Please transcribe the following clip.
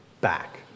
back